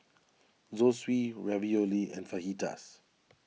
Zosui Ravioli and Fajitas